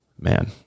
man